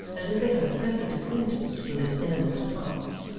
as if they had a perfect acquaintance with its innermost parts,